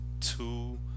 two